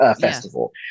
festival